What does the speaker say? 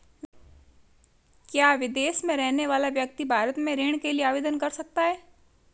क्या विदेश में रहने वाला व्यक्ति भारत में ऋण के लिए आवेदन कर सकता है?